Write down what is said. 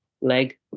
leg